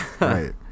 Right